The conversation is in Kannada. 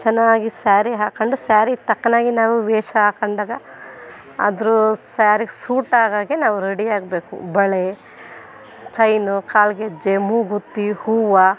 ಚೆನ್ನಾಗಿ ಸ್ಯಾರಿ ಹಾಕೊಂಡು ಸ್ಯಾರಿಗೆ ತಕ್ಕನಾಗಿ ನಾವು ವೇಷ ಹಾಕೊಂಡಾಗ ಅದರ ಸ್ಯಾರಿಗೆ ಸೂಟ್ ಹಾಗಾಗೆ ನಾವು ರೆಡಿ ಆಗಬೇಕು ಬಳೆ ಚೈನು ಕಾಲ್ಗೆಜ್ಜೆ ಮೂಗುತ್ತಿ ಹೂವು